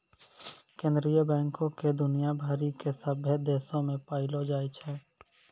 केन्द्रीय बैंको के दुनिया भरि के सभ्भे देशो मे पायलो जाय छै